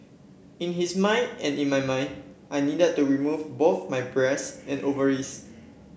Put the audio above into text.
in his mind and in my mind I needed to remove both my breasts and ovaries